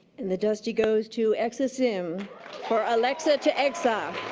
and the dusty goes to exa zim for alexa to exa.